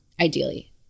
ideally